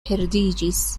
perdiĝis